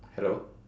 hello